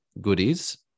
goodies